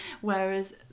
Whereas